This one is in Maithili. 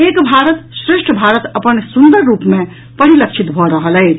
एक भारत श्रेष्ठ भारत अपन सुन्दर रूप मे परिलक्षित भऽ रहल अछि